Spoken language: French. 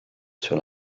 sur